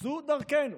זאת דרכנו?